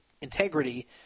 integrity